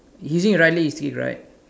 he using a right leg is kick right